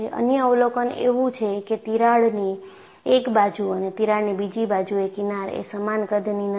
અન્ય અવલોકન એવું છે કે તિરાડની એક બાજુ અને તિરાડની બીજી બાજુ એ કિનાર એ સમાન કદની નથી